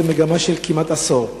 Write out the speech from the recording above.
היא מגמה של כמעט עשור.